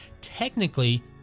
technically